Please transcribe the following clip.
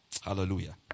Hallelujah